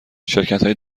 شرکتهای